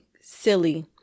silly